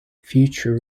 future